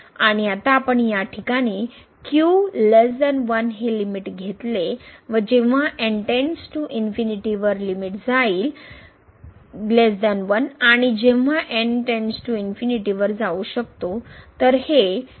आणि आता आपण या ठिकाणी हे लिमिट घेतले व जेंव्हा वर लिमिट जाईल 1 आणि जेव्हा वर जाऊ शकतो